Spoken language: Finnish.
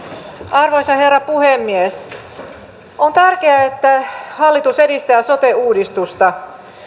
arvoisa herra puhemies hallitus edistää sote uudistusta